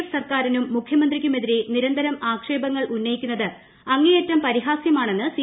F സർക്കാരിനും മുഖ്യമന്ത്രിക്കുമെതിരെ നിരന്തരം ആക്ഷേപങ്ങൾ ഉന്നയിക്കുന്നത് അങ്ങേയറ്റം പരിഹാസ്യമാണെന്ന് സി